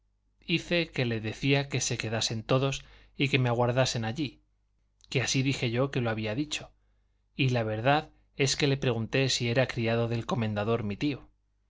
hice que le decía que se quedasen todos y que me aguardasen allí que así dije yo que lo había dicho y la verdad es que le pregunté si era criado del comendador mi tío